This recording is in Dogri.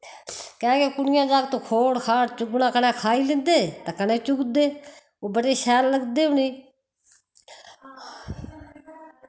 कैं कि कुड़ियैं जाकत खोड़ खाड़ चुग्गना कन्नै खाई लैंदे तै कन्नै चुगदे ओ बड़े शैल लगदे उ'ने